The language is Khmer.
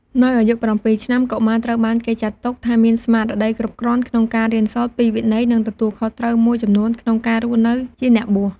នៅអាយុ ៧ ឆ្នាំ កុមារត្រូវបានគេចាត់ទុកថាមានស្មារតីគ្រប់គ្រាន់ក្នុងការរៀនសូត្រពីវិន័យ និងទទួលខុសត្រូវមួយចំនួនក្នុងការរស់នៅជាអ្នកបួស។